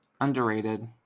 Underrated